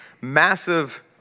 massive